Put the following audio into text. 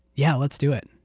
yeah let's do it.